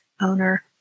Owner